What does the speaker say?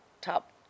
top